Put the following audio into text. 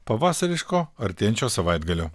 pavasariško artėjančio savaitgalio